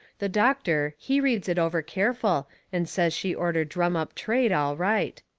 the doctor, he reads it over careful and says she orter drum up trade, all right.